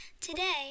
Today